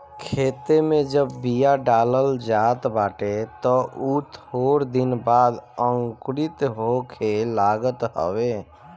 खेते में जब बिया डालल जात बाटे तअ उ थोड़ दिन बाद अंकुरित होखे लागत हवे